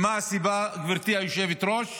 מה הסיבה, גברתי היושבת-ראש?